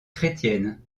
chrétienne